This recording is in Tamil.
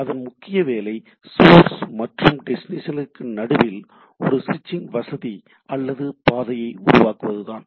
அதன் முக்கிய வேலை சோர்ஸ் மற்றும் டெஸ்டினேஷன்க்கு நடுவில் ஒரு சுவிட்சிங் வசதி அல்லது பாதையை உண்டாக்குவது தான்